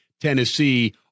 Tennessee